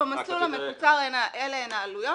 במסלול המקוצר אלה הן העלויות.